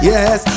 Yes